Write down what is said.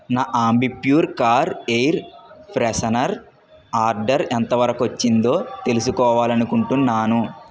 నా Ambipur car air freshener order ఎంతవరకు వచ్చిందో తెలుసుకోవాలి అనుకుంటున్నాను